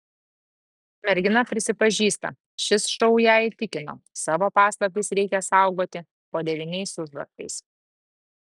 mergina prisipažįsta šis šou ją įtikino savo paslaptis reikia saugoti po devyniais užraktais